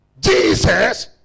Jesus